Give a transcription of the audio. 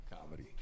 Comedy